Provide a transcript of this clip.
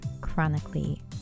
chronically